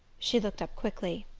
she looked up quickly.